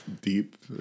deep